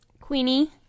Queenie